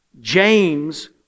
James